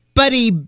buddy